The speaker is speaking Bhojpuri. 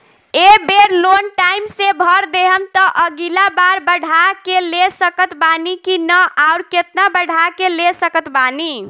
ए बेर लोन टाइम से भर देहम त अगिला बार बढ़ा के ले सकत बानी की न आउर केतना बढ़ा के ले सकत बानी?